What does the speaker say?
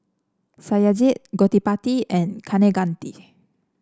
Satyajit Gottipati and Kaneganti